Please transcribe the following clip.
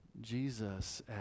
Jesus